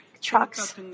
trucks